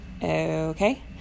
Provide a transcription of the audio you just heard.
Okay